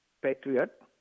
patriot